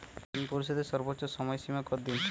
ঋণ পরিশোধের সর্বোচ্চ সময় সীমা কত দিন?